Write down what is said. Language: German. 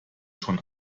schon